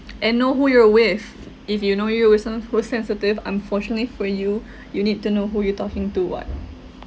and know who you're with if you know you were se~ were sensitive unfortunately for you you need to know who you talking to [what]